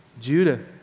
Judah